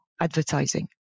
advertising